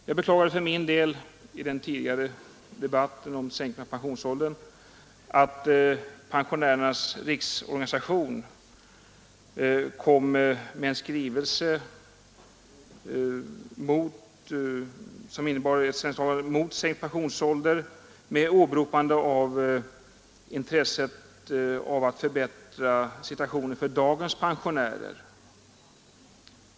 Jag beklagade i debatten om en sänkt pensionsålder att Pensionärernas riksorganisation i en skrivelse tog ställning mot förslaget om sänkt pensionsålder. Man åberopade därvid intresset av att förbättra situationen för dagens pensionärer.